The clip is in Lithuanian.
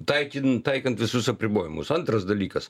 taikin taikant visus apribojimus antras dalykas